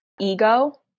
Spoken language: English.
ego